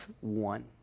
one